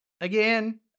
Again